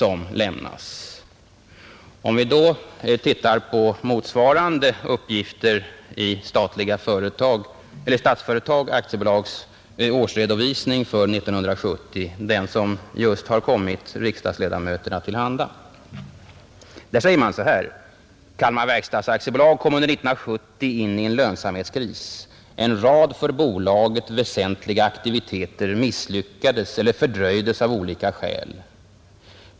Om vi ser på motsvarande uppgifter i skriften Statsföretag AB årsredovisning 1970 — som just har kommit riksdagsledamöterna till handa — finner vi där följande: ”Kalmar Verkstads AB kom under 1970 in i en lönsamhetskris. En rad för bolaget väsentliga aktiviteter misslyckades eller fördröjdes av olika skäl.